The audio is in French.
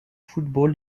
football